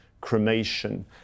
cremation